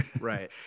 Right